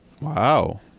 Wow